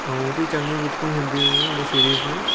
ऐं बि चङियूं बुकियूं हूंदी हुयूं हिन सीरीज़ में